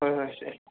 ꯍꯣꯏ ꯍꯣꯏ